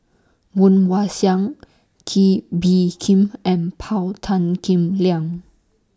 Woon Wah Siang Kee Bee Khim and Paul Tan Kim Liang